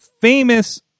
famous